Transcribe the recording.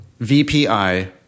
VPI